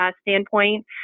standpoint